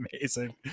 amazing